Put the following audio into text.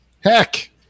Heck